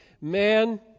Man